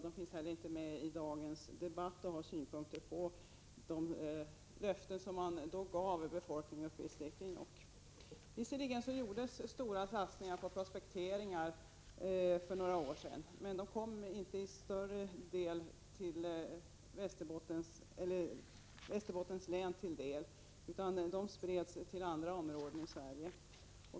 De deltar inte heller i dagens debatt och ger synpunkter på de löften som man då gav befolkningen uppe i Stekenjokk. Visserligen gjordes stora satsningar på prospekteringar för några år sedan, men de kom inte Västerbotten till godo i någon större utsträckning, utan de spreds till andra områden i Sverige.